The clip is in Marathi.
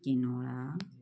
किनोळा